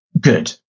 good